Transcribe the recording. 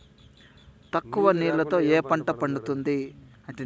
తక్కువ నీళ్లతో ఏ పంట పండుతుంది?